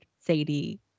Sadie